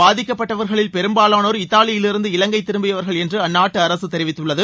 பாதிக்கப்பட்டவர்களின் பெரும்பாலானோர் இத்தாலியிருந்து இலங்கை திரும்பியவர்கள் என்று அந்நாட்டு அரசு தெரிவித்துள்ளது